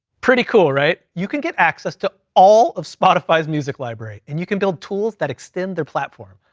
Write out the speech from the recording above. pretty cool, right? you can get access to all of spotify's music library, and you can build tools that extend their platform.